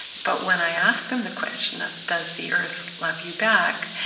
but when i ask them the question of does the earth love you back?